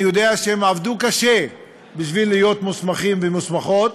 אני יודע שהם עבדו קשה כדי להיות מוסמכים ומוסמכות,